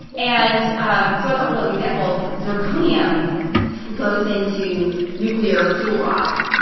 and um so a couple of examples like zirconium goes into nuclear fuel rods,